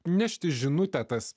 nešti žinutę tas